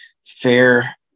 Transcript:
fair